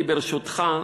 אני, ברשותך,